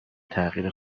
تغییر